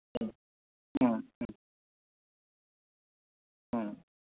ம் ம் ம் ம்